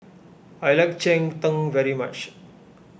I like Cheng Tng very much